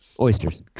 Oysters